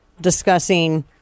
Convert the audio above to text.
discussing